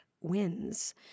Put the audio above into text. wins